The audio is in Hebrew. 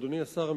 אדוני השר,